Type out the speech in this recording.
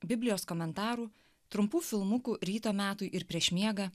biblijos komentarų trumpų filmukų ryto metui ir prieš miegą